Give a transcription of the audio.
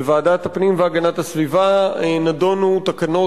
בוועדת הפנים והגנת הסביבה נדונו תקנות